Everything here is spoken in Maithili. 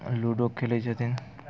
लूडो खेलैत छथिन